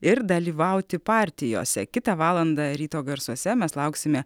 ir dalyvauti partijose kitą valandą ryto garsuose mes lauksime